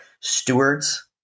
stewards